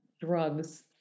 drugs